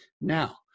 Now